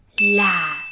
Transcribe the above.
la